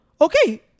Okay